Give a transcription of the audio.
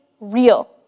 real